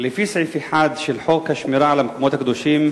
בסעיף 1 של חוק השמירה על המקומות הקדושים,